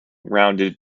rounded